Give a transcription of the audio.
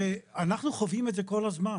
אנחנו חווים את זה כל הזמן,